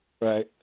Right